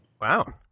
Wow